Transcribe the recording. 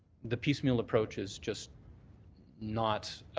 the piecemeal approach is just not